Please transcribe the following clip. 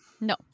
No